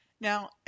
Now